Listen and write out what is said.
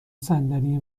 صندلی